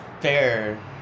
fair